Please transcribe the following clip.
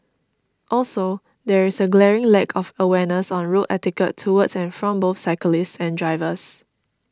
also there is a glaring lack of awareness on road etiquette towards and from both cyclists and drivers